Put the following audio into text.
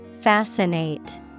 Fascinate